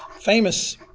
famous